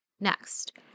Next